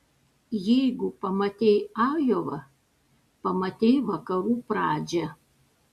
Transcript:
jeigu pamatei ajovą pamatei vakarų pradžią